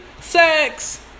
sex